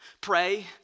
Pray